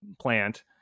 plant